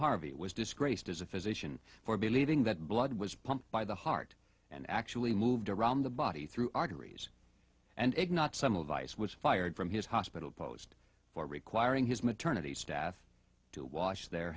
harvey was disgraced as a physician for believing that blood was pumped by the heart and actually moved around the body through arteries and eg not some advice was fired from his hospital post for requiring his maternity staff to wash their